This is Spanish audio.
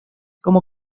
como